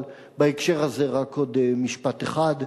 אבל בהקשר הזה, רק עוד משפט אחד: